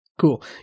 Cool